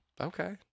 Okay